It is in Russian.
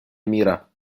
мира